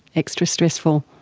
extra stressful.